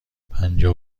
پنجاه